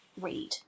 read